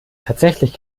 tatsächlich